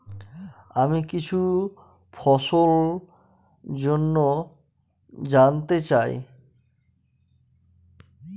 আমি কিছু ফসল জন্য জানতে চাই